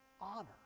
honor